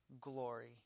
glory